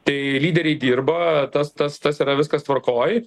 tai lyderiai dirba tas tas tas yra viskas tvarkoj